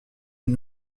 une